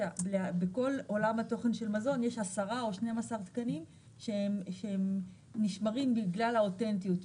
בכל עולם התוכן של מזון יש 10 או 12 תקנים שנשמרים בגלל האותנטיות,